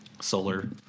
Solar